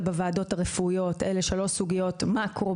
בוועדות הרפואיות אלה שלוש סוגיות מאקרו,